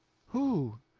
who?